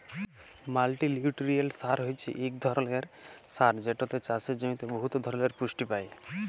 মাল্টিলিউটিরিয়েল্ট সার হছে ইক ধরলের সার যেটতে চাষের জমিতে বহুত ধরলের পুষ্টি পায়